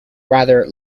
whether